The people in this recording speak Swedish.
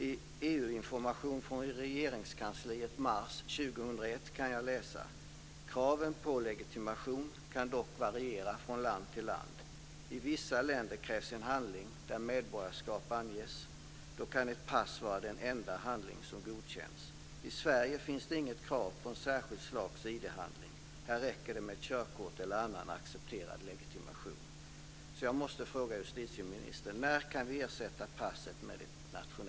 I EU-information från Regeringskansliet i mars 2001 kan jag läsa att kraven på legitimation dock kan variera från land till land. I vissa länder krävs en handling där medborgarskap anges. Då kan ett pass vara den enda handling som godkänns. I Sverige finns det inget krav på ett särskilt slags ID-handling. Här räcker det med ett körkort eller annan accepterad legitimation.